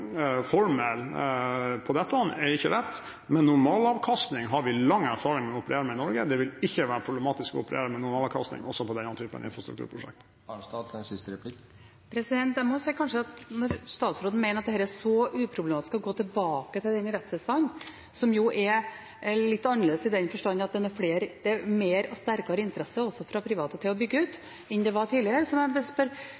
formel på dette, er ikke rett, men normalavkastning har vi lang erfaring med å operere med i Norge. Det vil ikke være problematisk å operere med normalavkastning også på denne typen infrastrukturprosjekt. Når statsråden mener at det er uproblematisk å gå tilbake til den rettstilstanden, som er litt annerledes i den forstand at det er mer og sterkere interesse, også fra private, for å bygge